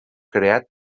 creat